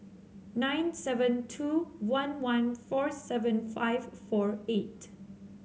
nine seven two one one four seven five four eight